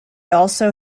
also